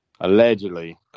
Allegedly